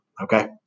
Okay